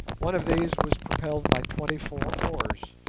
one of these was propelled by twenty-four oars,